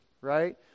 right